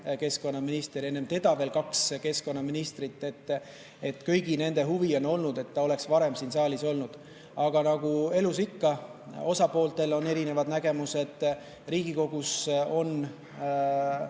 keskkonnaminister ja enne teda veel kaks keskkonnaministrit. Kõigi nende huvi on olnud, et eelnõu oleks varem siin saalis olnud. Aga nagu elus ikka, osapooltel on erinevad nägemused, ka Riigikogus on